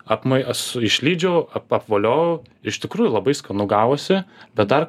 apmai a su išlydžiau ap apvoliojau iš tikrųjų labai skanu gavosi bet dar kašo